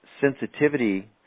sensitivity